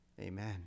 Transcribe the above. amen